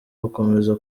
gukomeza